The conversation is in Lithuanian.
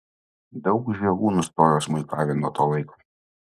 daug žiogų nustojo smuikavę nuo to laiko